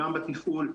גם בתפעול,